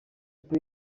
ikipe